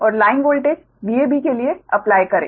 और line voltage Vab के लिए अप्लाई करें